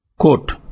Quote